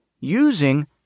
using